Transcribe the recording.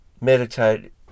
Meditate